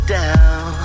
down